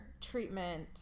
treatment